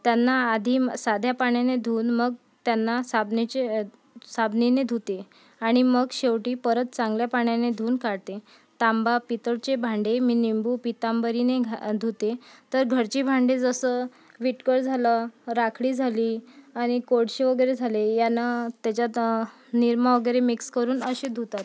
त्यांना आधी साध्या पाण्याने धुऊन मग त्यांना साबणाचे साबणाने धुते आणि मग शेवटी परत चांगल्या पाण्याने धुऊन काढते तांबा पितळचे भांडे मी निंबू पितांबरीने घा धुते तर घरची भांडी जसं विटकर झालं राखडी झाली आणि कोळसे वगैरे झाले यानं त्याच्यात निरमा वगैरे मिक्स करून अशी धुतात